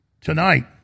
tonight